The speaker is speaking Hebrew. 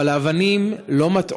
אבל אבנים לא מטעות,